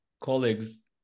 colleagues